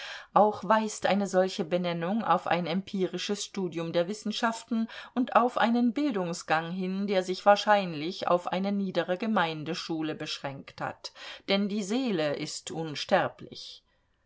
auch weist eine solche benennung auf ein empirisches studium der wissenschaften und auf einen bildungsgang hin der sich wahrscheinlich auf eine niedere gemeindeschule beschränkt hat denn die seele ist unsterblich